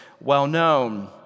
well-known